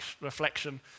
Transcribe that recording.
reflection